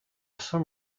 some